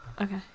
okay